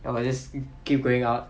I will just keep going out